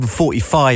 145